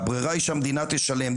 והברירה היא שהמדינה תשלם.